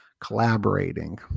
collaborating